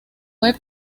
web